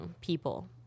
people